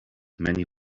many